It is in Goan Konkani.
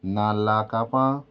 नाल्ला कापां